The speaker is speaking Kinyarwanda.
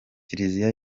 kiliziya